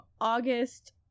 August